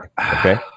Okay